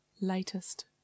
latest